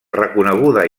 reconeguda